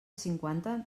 cinquanta